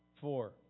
four